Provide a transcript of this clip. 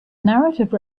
narrative